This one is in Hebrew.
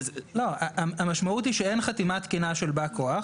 לא, המשמעות היא שאין חתימה תקינה של בא כוח.